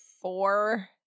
four